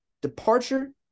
departure